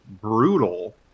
brutal